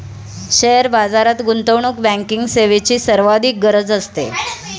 share बाजारात गुंतवणूक banking सेवेची सर्वाधिक गरज असते